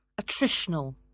attritional